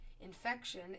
infection